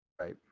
Right